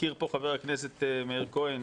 הזכיר כאן חבר הכנסת מאיר כהן